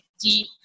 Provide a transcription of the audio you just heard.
deep